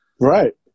Right